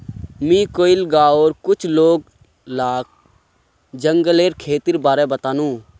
मुई कइल गांउर कुछ लोग लाक जंगलेर खेतीर बारे बतानु